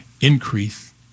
increase